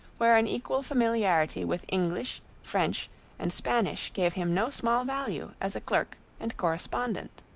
where an equal familiarity with english, french and spanish gave him no small value as a clerk and correspondent.